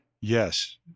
Yes